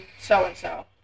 so-and-so